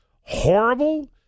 horrible